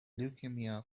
leukemia